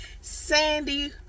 sandy